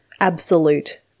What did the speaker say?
absolute